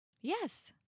yes